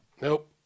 Nope